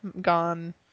Gone